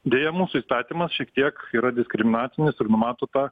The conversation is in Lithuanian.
deja mūsų įstatymas šiek tiek yra diskriminacinis ir numato tą